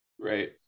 Right